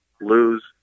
lose